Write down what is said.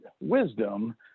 wisdom